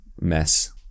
mess